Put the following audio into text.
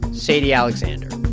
sadie alexander